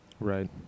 right